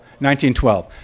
1912